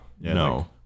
No